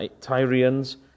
Tyrians